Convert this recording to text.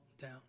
down